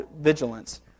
vigilance